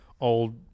old